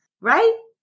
Right